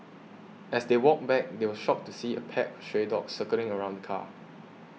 as they walked back they were shocked to see a pack of stray dogs circling around the car